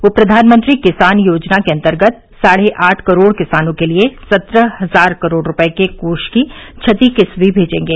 वे प्रधानमंत्री किसान योजना के अंतर्गत साढ़े आठ करोड़ किसानों के लिए सत्रह हजार करोड़ रुपये के कोष की छठी किस्त भी जारी करेंगे